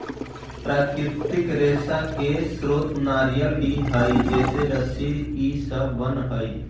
प्राकृतिक रेशा के स्रोत नारियल भी हई जेसे रस्सी इ सब बनऽ हई